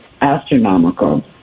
astronomical